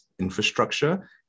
infrastructure